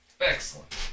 Excellent